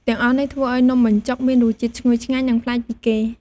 ទាំងអស់នេះធ្វើឲ្យនំបញ្ចុកមានរសជាតិឈ្ងុយឆ្ងាញ់ និងប្លែកពីគេ។